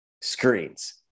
screens